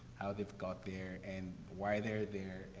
how they've got there, and why they're there,